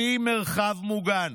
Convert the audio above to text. בלי מרחב מוגן.